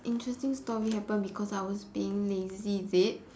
interesting story happen because I was being lazy is it